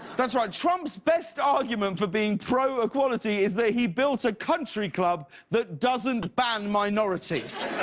that's right. trump's best argument for being pro-equality is that he built a country club that doesn't ban minorities.